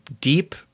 deep